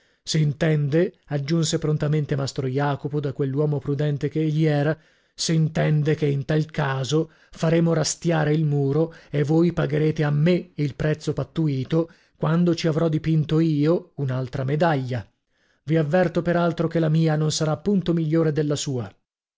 piacervi s'intende aggiunse prontamente mastro jacopo da quell'uomo prudente che egli era s'intende che in tal caso faremo rastiare il muro e voi pagherete a me il prezzo pattuito quando ci avrò dipinto io un'altra medaglia vi avverto per altro che la mia non sarà punto migliore della sua